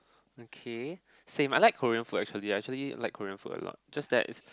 okay same I like Korean food actually I actually like Korean food a lot just that it's